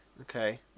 okay